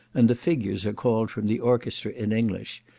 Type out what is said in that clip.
and the figures are called from the orchestra in english,